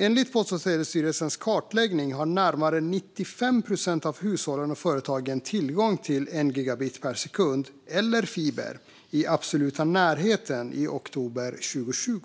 Enligt PTS kartläggning har närmare 95 procent av hushållen och företagen tillgång till 1 gigabit per sekund eller fiber i absoluta närheten i oktober 2020,